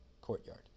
courtyard